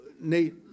Nate